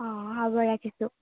অ' হ'ব ৰাখিছোঁ